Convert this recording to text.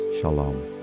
Shalom